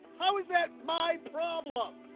how is that? my problem?